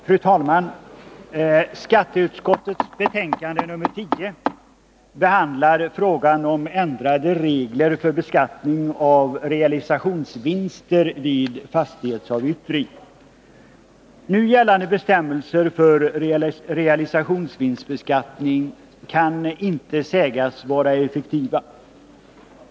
Fru talman! Skatteutskottets betänkande nr 10 behandlar frågan om ändrade regler för beskattning av realisationsvinster vid fastighetsavyttring. Nu gällande bestämmelser för realisationsvinstbeskattning kan inte sägas vara effektiva.